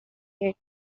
yet